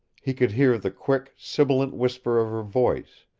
he could hear the quick, sibilant whisper of her voice,